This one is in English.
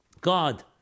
God